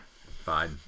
Fine